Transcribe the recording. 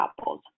apples